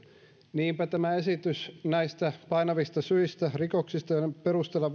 niinpä tämä esitys näistä painavista syistä rikoksissa joiden perusteella